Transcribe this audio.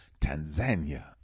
Tanzania